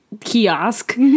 kiosk